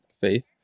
faith